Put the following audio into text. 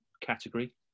category